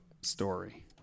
story